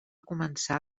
començar